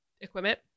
equipment